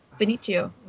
Benicio